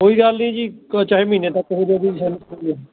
ਕੋਈ ਗੱਲ ਨਹੀਂ ਜੀ ਕ ਚਾਹੇ ਮਹੀਨੇ ਤੱਕ ਹੋ ਜਾਵੇ ਕੋਈ ਸਾਨੂੰ ਨਹੀਂ